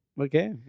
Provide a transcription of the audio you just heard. Okay